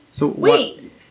Wait